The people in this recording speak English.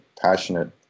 passionate